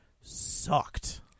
sucked